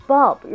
Bob